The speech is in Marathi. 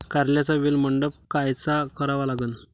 कारल्याचा वेल मंडप कायचा करावा लागन?